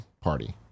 party